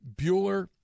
Bueller